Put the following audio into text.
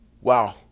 Wow